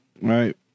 right